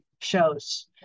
shows